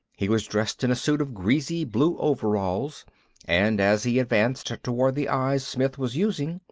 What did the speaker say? he was dressed in a suit of greasy blue overalls and as he advanced toward the eyes smith was using,